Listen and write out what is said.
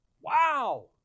Wow